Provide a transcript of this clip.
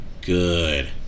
good